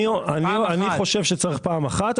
אני חושב שצריך פעם אחת.